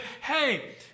hey